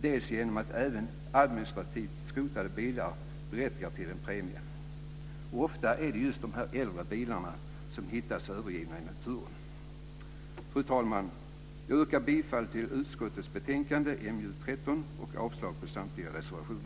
dels genom att även administrativt skrotade bilar berättigar till en premie. Ofta är det just dessa äldre bilar som hittas övergivna i naturen. Fru talman! Jag yrkar bifall till utskottets hemställan i betänkande MJU13 och avslag på samtliga reservationer.